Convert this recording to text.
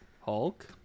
Hulk